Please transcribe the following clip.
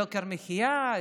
יוקר מחיה,